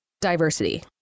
Diversity